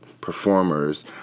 performers